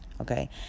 okay